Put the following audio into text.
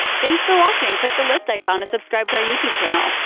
thanks for watching! click the list icon to subscribe to our youtube channel.